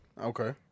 Okay